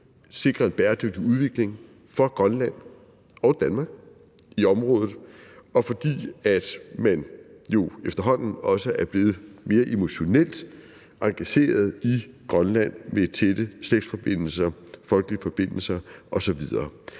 sikre en bæredygtig udvikling for Grønland og Danmark i området, og dels fordi man jo efterhånden også er blevet mere emotionelt engageret i Grønland med tætte statsforbindelser, folkelige forbindelser osv.